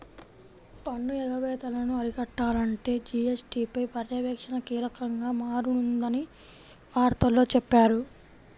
పన్ను ఎగవేతలను అరికట్టాలంటే జీ.ఎస్.టీ పై పర్యవేక్షణ కీలకంగా మారనుందని వార్తల్లో చెప్పారు